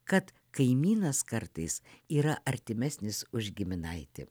kad kaimynas kartais yra artimesnis už giminaitį